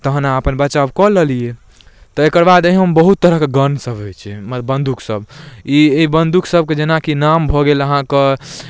आओर तहन अहाँ अपन बचाव कऽ लेलिए तऽ एकर बाद एहिओमे बहुत तरहके गनसब होइ छै मतलब बन्दूकसब ई ई बन्दूकसबके जेनाकि नाम भऽ गेल अहाँके